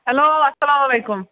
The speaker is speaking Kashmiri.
ہٮ۪لو اَسلامُ علیکُم